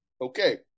okay